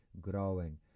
growing